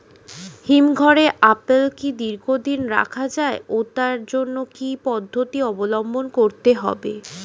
হিমঘরে আপেল কি দীর্ঘদিন রাখা যায় ও তার জন্য কি কি পদ্ধতি অবলম্বন করতে হবে?